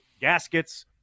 gaskets